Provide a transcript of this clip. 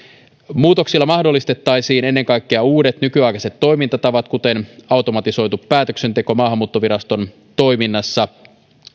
muutoksilla mahdollistettaisiin ennen kaikkea uudet nykyaikaiset toimintatavat kuten automatisoitu päätöksenteko maahanmuuttoviraston toiminnassa automaattista